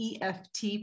EFT